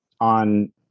on